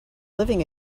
living